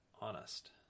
honest